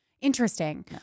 Interesting